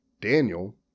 Daniel